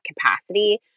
capacity